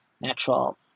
natural